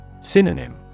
Synonym